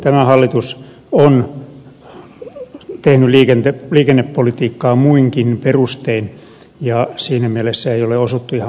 tämä hallitus on tehnyt liikennepolitiikkaa muinkin perustein ja siinä mielessä ei ole osuttu ihan maaliin